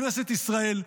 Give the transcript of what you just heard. כנסת ישראל,